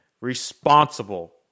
responsible